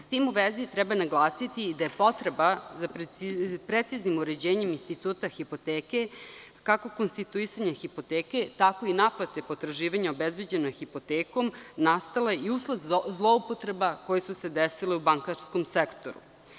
S tim u vezi treba naglasiti i da je potreba za preciznim uređenjem instituta hipoteke kako konstituisanje hipoteke, tako i naplate potraživanja obezbeđena hipotekom, nastala i usled zloupotreba koje su se desile u bankarskom sektoru.